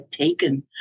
taken